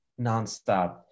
nonstop